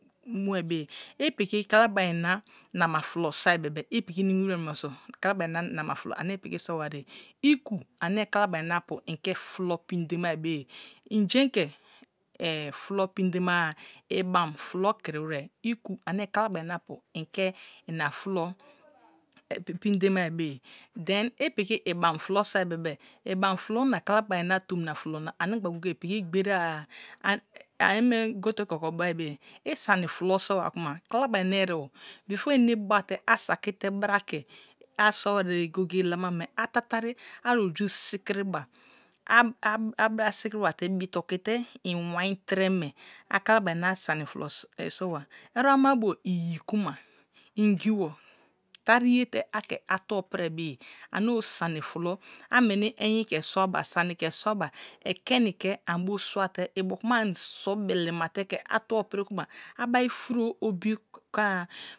Mue be ye ipiki kalabari na nama tulo so̱i be̱be̱ ipiks nams wote munoso̱ kalabari na nama fulo ove upiti so watige ika ane kalaban na apu inte frulo pindemai be ye, injein ke frulo pinde mag ibam fulo kin wisi ikre ane kalaban na apu the ina fallo pindemas berye. Then piki sbam fulo soi bebe uban fulo na kalaban na tomina fulo na ani gba goye gaye pitki gberige-a gote ke oko bai be ye i sare fauo sowa kuma kaka bari na esibo before iné bate i sortie te bra he ass wein ye goye goye lama me itatami aroju sikitiri ba abra sikiniwa te bite oki te unwai tise me a kalabari sani fulo sowa érèbo ama bu ayi kuma engi taiye. te ake a tuo perre be ye are own sani faulo a meni eyin ke sua ba sans the sua te ekeni ke a bio sua te ibiokuma ami so̱ belema te ke a tuo piri kmma abai turo obi koa-a.